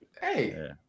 Hey